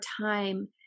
time